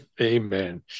Amen